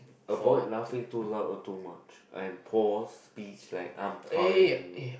avoid laughing too loud or too much I'm pause be slack I'm tired you know